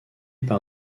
par